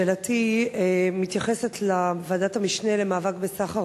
שאלתי מתייחסת לוועדת המשנה למאבק בסחר